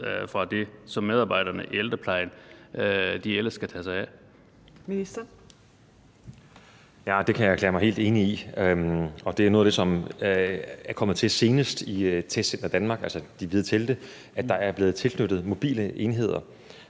Kl. 15:47 Sundheds- og ældreministeren (Magnus Heunicke): Ja, og det kan jeg erklære mig helt enig i. Det er noget af det, som er kommet til senest i Testcenter Danmark, altså de hvide telte, at der er blevet tilknyttet mobile enheder